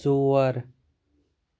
ژور